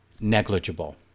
negligible